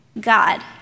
God